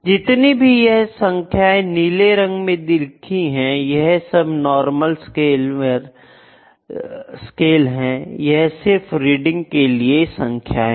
जितनी भी यह संख्याएं नीले रंग में लिखी हैं यह सब नॉमिनल स्केल हैं यह सिर्फ रीडिंग के लिए संख्याएं हैं